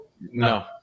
No